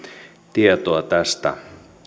tietoa tästä